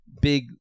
big